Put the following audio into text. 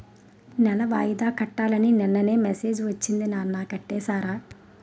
నెల వాయిదా కట్టాలని నిన్ననే మెసేజ్ ఒచ్చింది నాన్న కట్టేసారా?